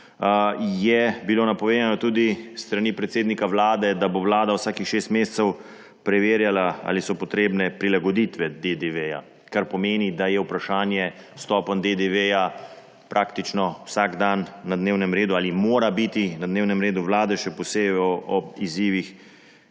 je bilo napovedano tudi s strani predsednika Vlade, da bo Vlada vsakih šest mesecev preverjala, ali so potrebne prilagoditve DDV, kar pomeni, da je vprašanje stopenj DDV praktično vsak dan na dnevnem redu ali mora biti na dnevnem redu Vlade, še posebej ob izzivih,